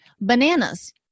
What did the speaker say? bananas